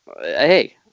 Hey